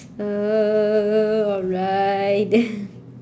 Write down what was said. uh alright